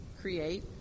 create